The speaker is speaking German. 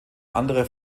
andere